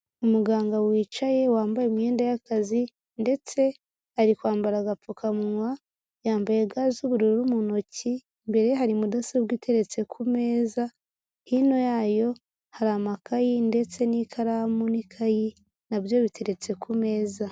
Umuganga wicaye, wambaye imyenda y'akazi ndetse ari kwambara agapfukawa, yambaye ga z'ubururu mu ntoki, Imbere ye hari mudasobwa iteretse ku meza, hino yayo hari amakayi ndetse n'ikaramu n'ikayi na byo biteretse ku meza.